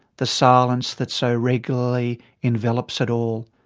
the silence that so regularly envelops it all.